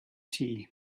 tea